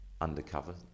undercover